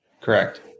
Correct